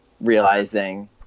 realizing